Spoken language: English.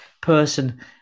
person